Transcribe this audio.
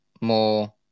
More